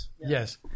Yes